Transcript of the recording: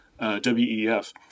WEF